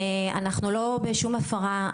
אנחנו לא בשום הפרה,